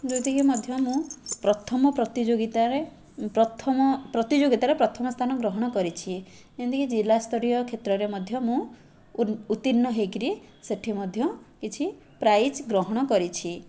ଯେଉଁଠିକି ମଧ୍ୟ ମୁଁ ପ୍ରଥମ ପ୍ରତିଯୋଗିତାରେ ପ୍ରଥମ ପ୍ରତିଯୋଗିତାରେ ପ୍ରଥମ ସ୍ଥାନ ଗ୍ରହଣ କରିଛି ଯେମିତିକି ଜିଲ୍ଲାସ୍ତରୀୟ କ୍ଷେତ୍ରରେ ମଧ୍ୟ ମୁଁ ଉତ୍ତୀର୍ଣ୍ଣ ହେଇକରି ସେଇଠି ମଧ୍ୟ କିଛି ପ୍ରାଇଜ୍ ଗ୍ରହଣ କରିଛି